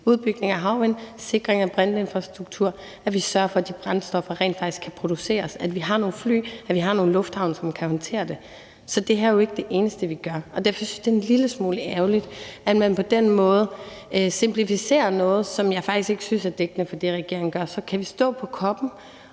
udbygning af havvind; sikring af brintinfrastruktur; at vi sørger for, at de brændstoffer rent faktisk kan produceres; og at vi har nogle fly og har nogle lufthavne, som kan håndtere det. Så det her er jo ikke det eneste, vi gør, og derfor synes jeg, det er en lille smule ærgerligt, at man på den måde simplificerer noget, som jeg faktisk ikke synes er dækkende for det, regeringen gør. Så kan vi stå på COP'en